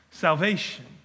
Salvation